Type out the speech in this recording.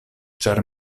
ĉar